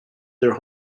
their